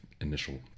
initial